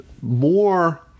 more